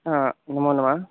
हा नमो नमः